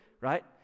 right